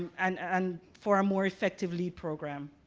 and and for a more effective lead program.